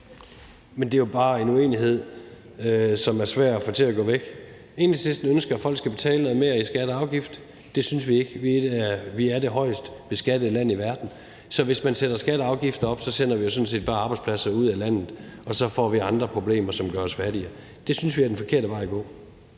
Men det er jo bare en uenighed, som er svær at få til at gå væk. Enhedslisten ønsker, at folk skal betale noget mere i skatter og afgifter. Det synes vi ikke. Vi er det højest beskattede land i verden, så hvis man sætter skatter og afgifter op, sender man jo sådan set bare arbejdspladser ud af landet, og så får vi andre problemer, som gør os fattige. Det synes vi er den forkerte vej at